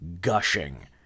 gushing